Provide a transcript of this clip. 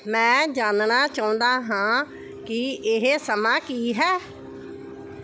ਮੈਂ ਜਾਣਨਾ ਚਾਹੁੰਦਾ ਹਾਂ ਕਿ ਇਹ ਸਮਾਂ ਕੀ ਹੈ